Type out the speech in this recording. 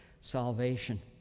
salvation